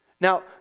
Now